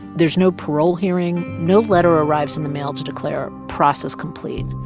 there's no parole hearing. no letter arrives in the mail to declare a process complete.